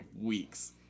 weeks